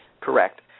Correct